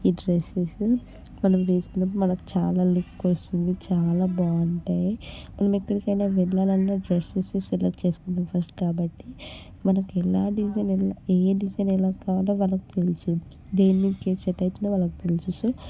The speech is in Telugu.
ఈ డ్రెస్సెస్ మనం వేసుకున్నప్పుడు మనకు చాలా లుక్ వస్తుంది చాలా బాగుంటాయి మనం ఎక్కడికైనా వెళ్ళాలి అన్న డ్రెస్సెస్ సెలెక్ట్ చేసుకుంటాము ఫస్ట్ కాబట్టి మనకి ఎలా డిజైన్ ఎలా ఏ డిజైన్ ఎలా కావాలో వాళ్ళకి తెలుసు దేని మీదకి ఏది సెట్ అవుతుందో వాళ్ళకి తెలుసు సో